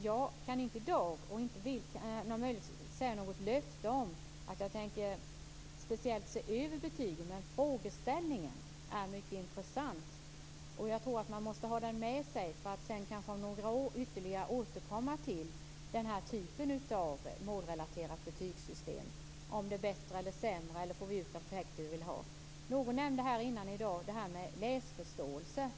Jag kan dock inte ge något löfte i dag om att jag speciellt tänker se över betygen. Men frågeställningen är mycket intressant. Jag tror att man måste ha den med sig för att sedan om ytterligare några år återkomma till denna typ av målrelaterat betygssystem och se om det är bättre eller sämre och om vi får ut den effekt vi vill ha. Någon nämnde förut det här med läsförståelse.